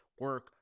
Work